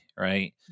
Right